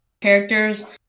characters